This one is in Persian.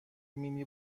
مینی